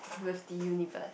with the universe